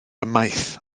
ymaith